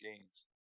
gains